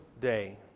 Day